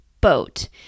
boat